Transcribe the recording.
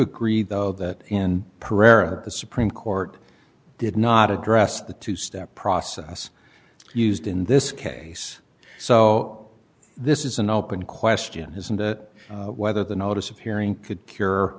agree though that in pereira the supreme court did not address the two step process used in this case so this is an open question isn't it whether the notice of hearing could cure